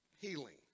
healing